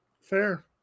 Fair